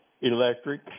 Electric